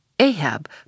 Ahab